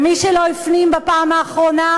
ומי שלא הפנים, בפעם האחרונה: